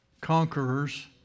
conquerors